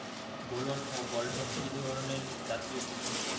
গোলন ও বলটন কি ধরনে জাতীয় কীটনাশক?